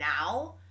now